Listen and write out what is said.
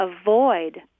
avoid